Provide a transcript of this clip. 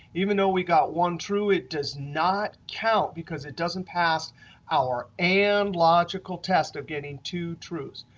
even though we got one true it does not count because it doesn't pass our and logical test of getting two truths.